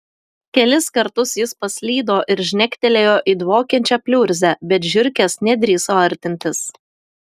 kelis kartus jis paslydo ir žnektelėjo į dvokiančią pliurzę bet žiurkės nedrįso artintis